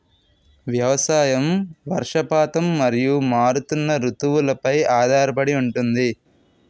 వ్యవసాయం వర్షపాతం మరియు మారుతున్న రుతువులపై ఆధారపడి ఉంటుంది